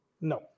No